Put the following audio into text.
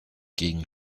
gegen